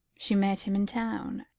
she met him in town.